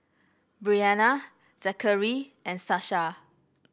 Briana Zackery and Sasha